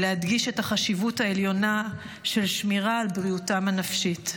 ולהדגיש את החשיבות העליונה של שמירה על בריאותם הנפשית.